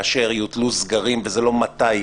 כאשר יוטלו סגרים וזה לא מתי,